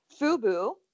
FUBU